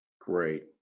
Great